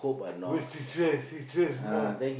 who she stress she stress more